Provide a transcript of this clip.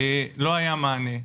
לא היה מענה.